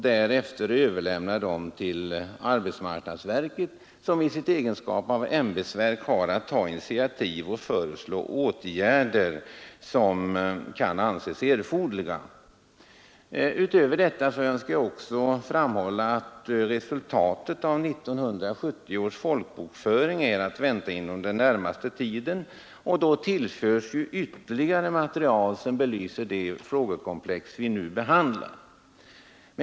Därefter överlämnas de till arbetsmarknadsstyrelsen, som i sin egenskap av ämbetsverk har att ta initiativ och föreslå de åtgärder som kan anses erforderliga. Utöver vad jag här har anfört vill jag erinra om att resultatet av 1970 års folkbokföring är att vänta inom den närmaste tiden, och då tillföres ytterligare material som belyser det frågekomplex vi nu behandlar.